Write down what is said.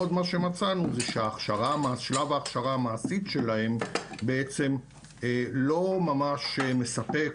עוד מה שמצאנו זה ששלב ההכשרה המעשית שלהם בעצם לא ממש מספק,